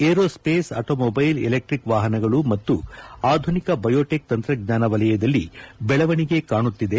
aerospace automobile electric ವಾಹನಗಳು ಮತ್ತು ಆಧುನಿಕ ಬಯೋಟೆಕ್ ತಂತ್ರಜ್ಙಾನ ವಲಯದಲ್ಲಿ ಬೆಳವಣಿಗೆ ಕಾಣುತ್ತಿದೆ